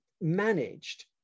managed